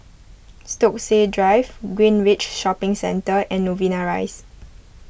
Stokesay Drive Greenridge Shopping Centre and Novena Rise